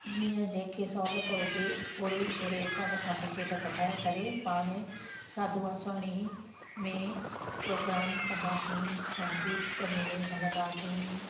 जीअं जंहिंखे सो हुजे ओहिड़ी ओहिड़े हिसाब सां टिकिट कढाए करे पाण साधू वासवाणी में प्रोग्राम कंदासीं संगीत में हलंदासीं